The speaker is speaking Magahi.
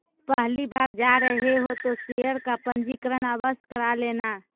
पहली बार जा रहे हो तो शेयर का पंजीकरण आवश्य करा लेना